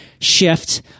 shift